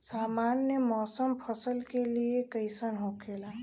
सामान्य मौसम फसल के लिए कईसन होखेला?